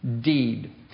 deed